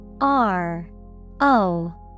R-O-